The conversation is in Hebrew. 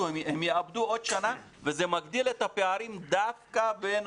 יאבדו עוד שנה וזה מגדיל את הפערים דווקא בין